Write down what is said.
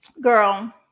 Girl